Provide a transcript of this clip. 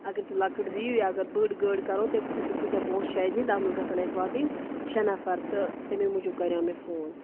اگر تُہۍ لۄکٕٹ دِیِو یا اگر بٔڑ گٲڑۍ کَرو تَمہِ خٲطرٕ کۭتییاہ پونٛسہٕ چھِ اَسہِ دِنۍ تتھ منٛز گژھن اَسہِ واتٕنۍ شےٚ نفر تہٕ تَمے موٗجوٗب کَریو مےٚ فون